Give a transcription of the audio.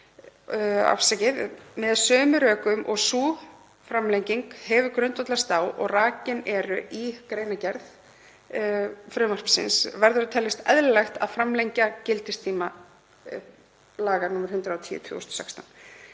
markmiðum. Með sömu rökum og sú framlenging hefur grundvallast á og rakin voru í greinargerð frumvarpsins verður að teljast eðlilegt að framlengja gildistíma laga nr. 110/2016.